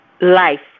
Life